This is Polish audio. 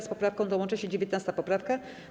Z poprawką tą łączy się 19. poprawka.